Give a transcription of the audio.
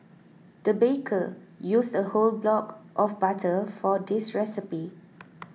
the baker used a whole block of butter for this recipe